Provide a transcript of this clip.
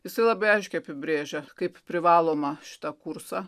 jisai labai aiškiai apibrėžia kaip privalomą šitą kursą